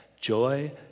joy